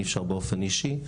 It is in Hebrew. אי אפשר באופן אישי,